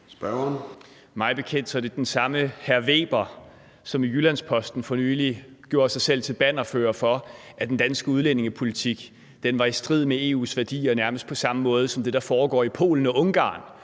Kofod (DF): Mig bekendt er det den samme hr. Weber, som i Jyllands-Posten for nylig gjorde sig selv til bannerfører for, at den danske udlændingepolitik var i strid med EU's værdier nærmest på samme måde som det, der foregår i Polen og Ungarn.